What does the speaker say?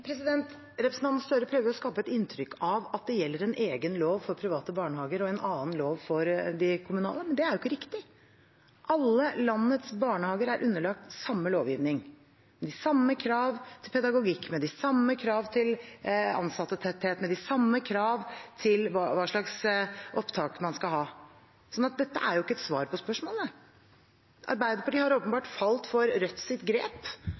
Representanten Gahr Støre prøver å skape et inntrykk av at det gjelder en egen lov for private barnehager og en annen lov for de kommunale. Men det er jo ikke riktig. Alle landets barnehager er underlagt samme lovgivning, med de samme kravene til pedagogikk, de samme kravene til ansattetetthet og de samme kravene til hva slags opptak man skal ha. Dette er jo ikke et svar på spørsmålet. Arbeiderpartiet har åpenbart falt for Rødts grep